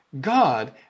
God